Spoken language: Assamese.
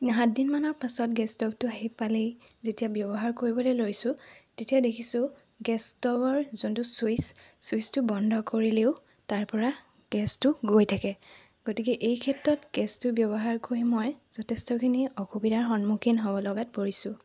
সাতদিন মানৰ পাছত গেছ ষ্ট'ভটো আহি পালেহি যেতিয়া ব্যৱহাৰ কৰিবলৈ লৈছোঁ তেতিয়া দেখিছোঁ গেছ ষ্ট'ভৰ যোনটো ছুইচ ছুইচটো বন্ধ কৰিলেও তাৰপৰা গেছটো গৈ থাকে গতিকে এইক্ষেত্ৰত গেছটো ব্যৱহাৰ কৰি মই যথেষ্টখিনি অসুবিধাৰ সন্মুখীন হ'ব লগাত পৰিছোঁ